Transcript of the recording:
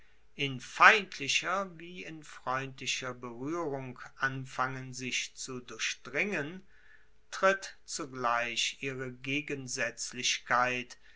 in feindlicher wie in freundlicher beruehrung anfangen sich zu durchdringen tritt zugleich ihre gegensaetzlichkeit